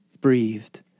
breathed